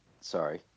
Sorry